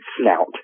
snout